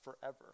forever